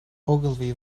ogilvy